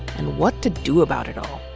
and what to do about it all.